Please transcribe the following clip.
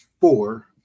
four